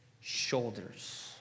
shoulders